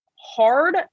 hard